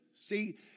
See